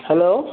hello